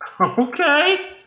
Okay